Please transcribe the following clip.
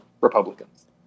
Republicans